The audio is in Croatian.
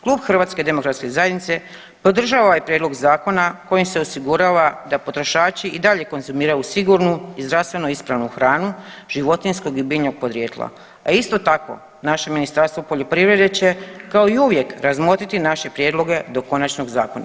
Klub HDZ-a podržava ovaj prijedlog zakona kojim se osigurava da potrošači i dalje konzumiraju sigurnu i zdravstveno ispravnu hranu životinjskog i biljnog podrijetla, a isto tako naše Ministarstvo poljoprivrede će kao i uvijek razmotriti naše prijedloge do konačnog zakona.